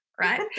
right